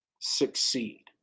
succeed